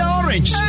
orange